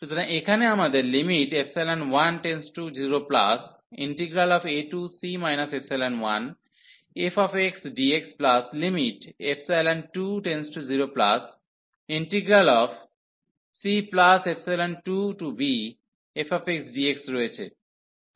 সুতরাং এখানে আমাদের 10⁡ac 1fxdx20⁡c2bfxdx রয়েছে